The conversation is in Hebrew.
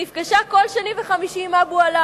נפגשה כל שני וחמישי עם אבו עלא